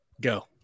Go